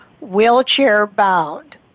wheelchair-bound